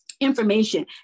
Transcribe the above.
information